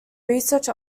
research